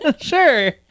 sure